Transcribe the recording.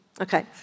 Okay